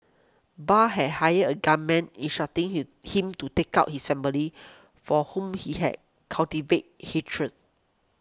Bart had hired a gunman instructing he him to take out his family for whom he had cultivated hatred